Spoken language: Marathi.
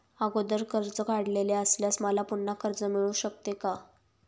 अगोदर कर्ज काढलेले असल्यास मला पुन्हा कर्ज मिळू शकते का?